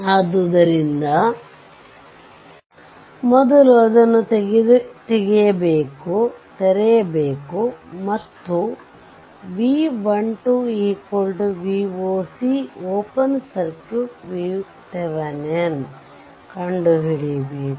ಆದ್ದರಿಂದ ಮೊದಲು ಅದನ್ನು ತೆರೆಯಬೇಕು ಮತ್ತು V 1 2 Voc open circuit VThevenin ಕಂಡುಹಿಡಿಯಬೇಕು